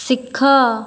ଶିଖ